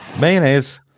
Mayonnaise